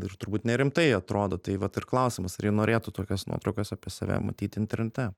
ir turbūt nerimtai atrodo tai vat ir klausimas ar ji norėtų tokias nuotraukas apie save matyt internete